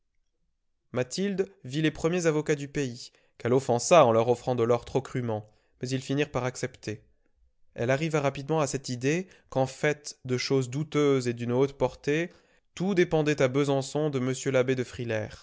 mathilde vit les premiers avocats du pays qu'elle offensa en leur offrant de l'or trop crûment mais ils finirent par accepter elle arriva rapidement à cette idée qu'en fait de choses douteuses et d'une haute portée tout dépendait à besançon de m l'abbé de frilair